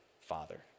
father